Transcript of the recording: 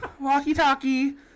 Walkie-talkie